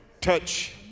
touch